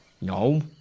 No